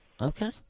Okay